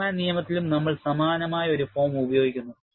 ഫോർമാൻ നിയമത്തിലും നമ്മൾ സമാനമായ ഒരു ഫോം ഉപയോഗിക്കുന്നു